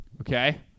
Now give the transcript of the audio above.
Okay